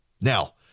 Now